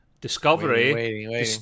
Discovery